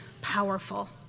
powerful